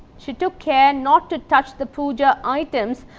she took care not to touch the puja items,